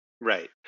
Right